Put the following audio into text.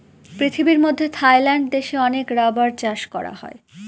পৃথিবীর মধ্যে থাইল্যান্ড দেশে অনেক রাবার চাষ করা হয়